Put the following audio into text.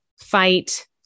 fight